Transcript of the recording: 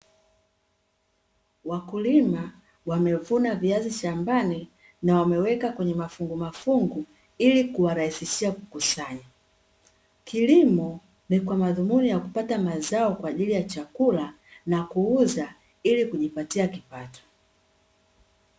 Wakulima wamevuna viazi shambani na wameweka kwenye mafungu mafungu ili kuwarahisihishia kukusanya. Kilimo ni kwa madhumuni ya kupata mazao kwa ajili ya chakula na kuuza ili kujipatia kipato.